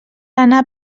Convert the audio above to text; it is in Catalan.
anar